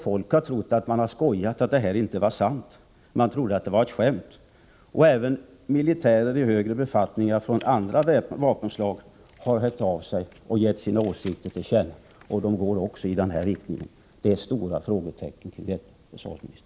Folk har trott att detta inte var sant, att det var ett skämt. Även militärer i högre befattningar från andra vapenslag har hört av sig och gett sina åsikter till känna, och också dessa går i den riktningen. Det finns många frågetecken kring detta, försvarsministern.